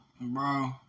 Bro